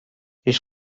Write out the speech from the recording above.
ich